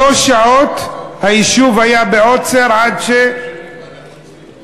שלוש שעות היישוב היה בעוצר עד שהצלחנו,